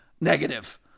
negative